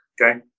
okay